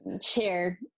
share